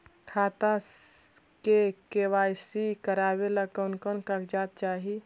खाता के के.वाई.सी करावेला कौन कौन कागजात चाही?